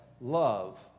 love